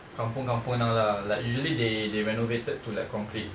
kampung kampung now lah like usually they they renovated to like concrete